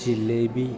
jalebi